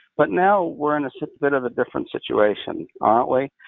but now we're in a bit of a different situation, aren't we?